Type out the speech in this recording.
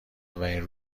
اولین